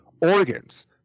organs